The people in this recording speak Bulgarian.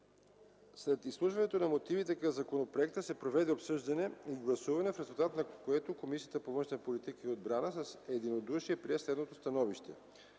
След изслушването на мотивите към законопроекта се проведе обсъждане и гласуване, в резултат на което Комисията по външна политика и отбрана прие с единодушие следното становище: